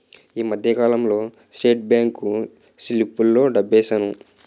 ఈ మధ్యకాలంలో state bank సిప్పుల్లో డబ్బేశాను